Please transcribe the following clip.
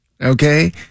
Okay